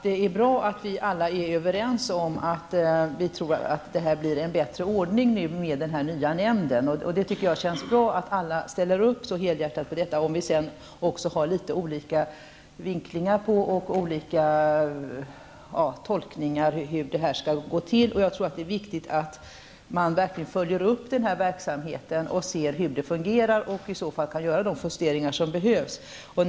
Det är bra att vi alla är överens om att det blir en bättre ordning med den nya nämnden. Det känns bra att alla ställer upp så helhjärtat bakom detta, även om vi har litet olika uppfattning om hur det skall gå till. Det är viktigt att man följer upp denna verksamhet, ser hur det fungerar och kan göra justeringar i de fall som behövs.